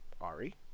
Ari